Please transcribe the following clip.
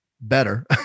better